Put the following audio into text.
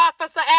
Officer